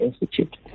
Institute